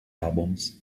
albums